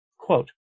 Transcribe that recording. quote